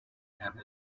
and